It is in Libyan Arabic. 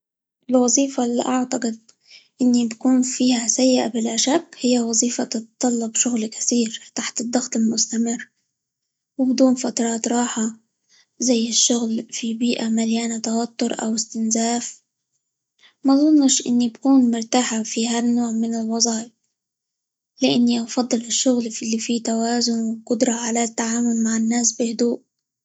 الوظيفة اللي أعتقد إني بكون فيها سيئة بلا شك، هي وظيفة تتطلب شغل كثير تحت الضغط المستمر، وبدون فترات راحة، زي الشغل في بيئة مليانة توتر، أو استنزاف، مظنش إني بكون مرتاحة في هالنوع من الوظائف؛ لإني أفضل الشغل -في- اللي فيه توازن، وقدرة على التعامل مع الناس بهدوء.